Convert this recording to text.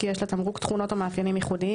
כי יש לתמרוק תכונות או מאפיינים ייחודיים,